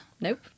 Nope